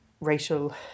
racial